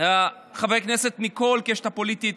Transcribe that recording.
חברי הכנסת מכל הקשת הפוליטית,